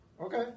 Okay